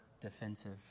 defensive